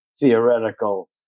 theoretical